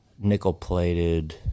Nickel-plated